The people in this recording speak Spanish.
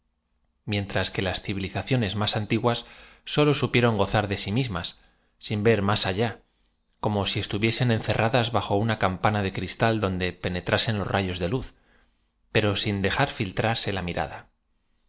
mientras que las civilizaciones más antiguas solo su pieron gozar de sí mismas sin v e r máa allá como ai estuviesen encerradas bajo una campana de crlatal donde penetraaen loa rayob de luz pero sin dejar flltrarse la mirada